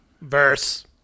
verse